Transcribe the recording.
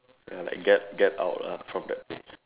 ya like get get out lah from that place